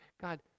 God